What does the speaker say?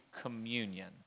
communion